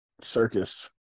circus